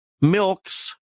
milks